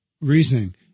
reasoning